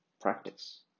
practice